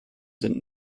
sind